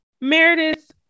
Meredith